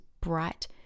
bright